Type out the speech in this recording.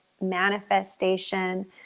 manifestation